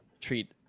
treat